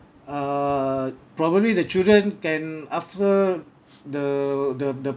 err probably the children can after the the the